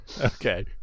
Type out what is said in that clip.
okay